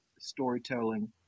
storytelling